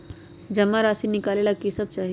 जमा राशि नकालेला कि सब चाहि?